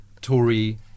Tory